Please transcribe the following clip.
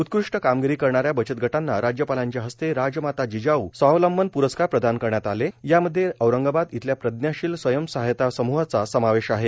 उत्कृष्ट कामगिरी करणाऱ्या बचतगटांना राज्यपालांच्या हस्ते राजमाता जिजाऊ स्वावलंबन प्रस्कार प्रदान करण्यात आले यामध्ये औरंगाबाद इथल्या प्रज्ञाशील स्वयंसहाय्यता समुहाचा समावेश आहे